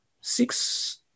six